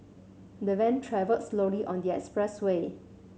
the van travelled slowly on the expressway